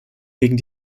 gegen